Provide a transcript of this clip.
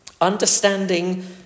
Understanding